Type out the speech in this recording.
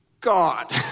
God